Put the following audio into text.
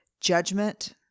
Judgment